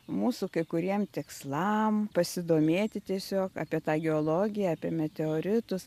mūsų kai kuriem tikslams pasidomėti tiesiog apie tą geologiją apie meteoritus